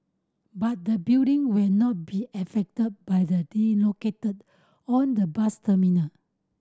but the building will not be affected by the relocated on the bus terminal